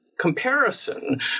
comparison